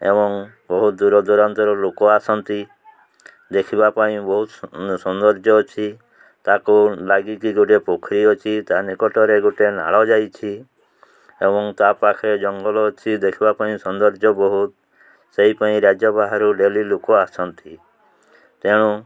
ଏବଂ ବହୁତ ଦୂରଦୂରାନ୍ତରୁ ଲୋକ ଆସନ୍ତି ଦେଖିବା ପାଇଁ ବହୁତ ସୌନ୍ଦର୍ଯ୍ୟ ଅଛି ତାକୁ ଲାଗିକି ଗୋଟେ ପୋଖରୀ ଅଛି ତା ନିକଟରେ ଗୋଟେ ନାଳ ଯାଇଛି ଏବଂ ତା ପାଖେ ଜଙ୍ଗଲ ଅଛି ଦେଖିବା ପାଇଁ ସୌନ୍ଦର୍ଯ୍ୟ ବହୁତ ସେଇପାଇଁ ରାଜ୍ୟ ବାହାରୁ ଡେଲି ଲୋକ ଆସନ୍ତି ତେଣୁ